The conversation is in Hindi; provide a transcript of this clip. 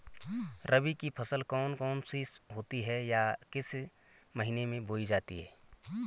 रबी की फसल कौन कौन सी होती हैं या किस महीने में बोई जाती हैं?